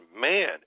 man